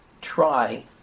try